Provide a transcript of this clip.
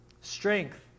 Strength